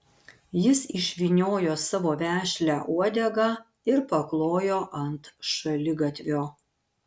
jis išvyniojo savo vešlią uodegą ir paklojo ant šaligatvio